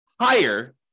higher